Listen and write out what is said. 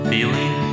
Feeling